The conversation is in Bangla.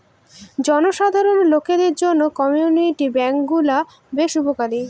জনসাধারণ লোকদের জন্য কমিউনিটি ব্যাঙ্ক গুলো বেশ উপকারী